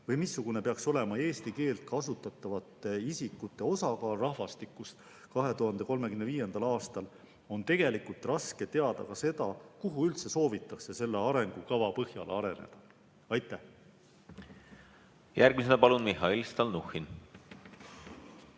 või missugune peaks olema eesti keelt kasutavate inimeste osakaal rahvastikus 2035. aastal, on tegelikult raske teada ka seda, kuhu üldse soovitakse selle arengukava põhjal areneda. Aitäh! Järgmisena Mihhail Stalnuhhin.